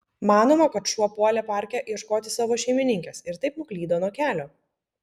manoma kad šuo puolė parke ieškoti savo šeimininkės ir taip nuklydo nuo kelio